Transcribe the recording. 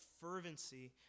fervency